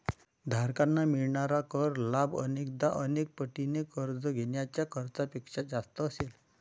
धारकांना मिळणारा कर लाभ अनेकदा अनेक पटीने कर्ज घेण्याच्या खर्चापेक्षा जास्त असेल